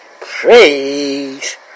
praise